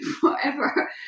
forever